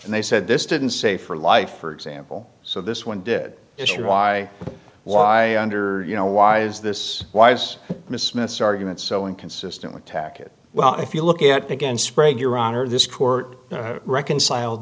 and they said this didn't say for life for example so this one did issue why why under you know why is this wise miss miss argument so inconsistent with tack it well if you look at it again sprague your honor this court reconcile